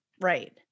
right